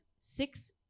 six